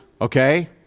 okay